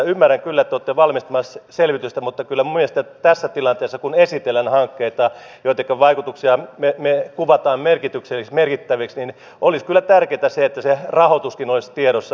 ymmärrän kyllä että te olette valmistelemassa selvitystä mutta kyllä minun mielestäni tässä tilanteessa kun esitellään hankkeita joittenka vaikutuksia me kuvaamme merkityksellisiksi merkittäviksi olisi tärkeätä se että se rahoituskin olisi tiedossa